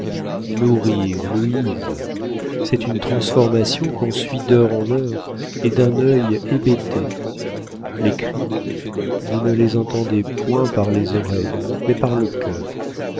nourrir louise c'est une transformation qu'on suit d'heure en heure et d'un œil hébété les cris vous ne les entendez point par les oreilles mais par le cœur